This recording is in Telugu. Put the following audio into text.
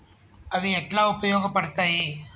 అవి ఎట్లా ఉపయోగ పడతాయి?